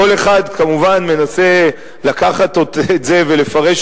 כל אחד כמובן מנסה לקחת את זה ולפרש